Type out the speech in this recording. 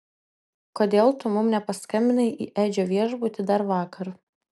kodėl tu mums nepaskambinai į edžio viešbutį dar vakar